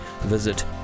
visit